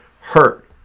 hurt